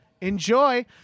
Enjoy